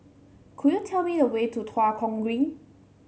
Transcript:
could you tell me the way to Tua Kong Green